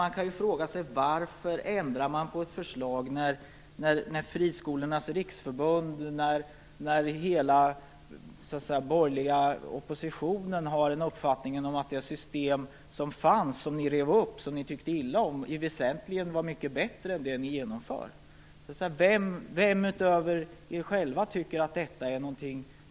Men varför ändrar man på ett system när Friskolornas riksförbund och hela den borgerliga oppositionen har den uppfattningen att det system som fanns, som majoriteten rev upp och som den tyckte illa om, var mycket bättre än det majoriteten genomför? Vem förutom majoriteten själv tycker att detta är bättre?